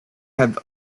have